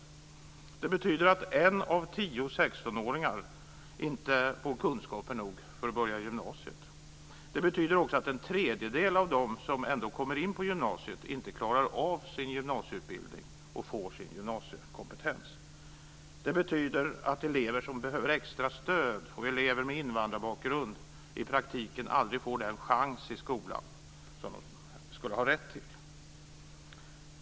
Detta betyder att en av tio 16-åringar inte får kunskaper nog för att börja på gymnasiet. Det betyder också att en tredjedel av dem som ändå kommer in på gymnasiet inte klarar av sin gymnasieutbildning och får sin gymnasiekompetens. Elever som behöver extra stöd och elever med invandrarbakgrund får i praktiken aldrig den chans i skolan som de skulle ha rätt till.